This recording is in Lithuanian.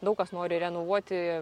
daug kas nori renovuoti